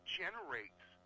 generates